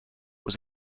was